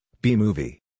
B-Movie